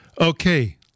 Okay